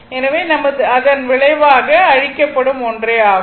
எனவே நமது விளைவாக அழைக்கப்படுவது ஒன்றே ஆகும்